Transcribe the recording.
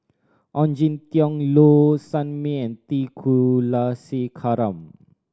Ong Jin Teong Low Sanmay and T Kulasekaram